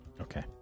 Okay